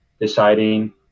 deciding